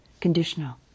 conditional